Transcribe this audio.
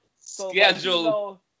schedule